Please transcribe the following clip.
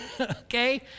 Okay